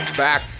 Back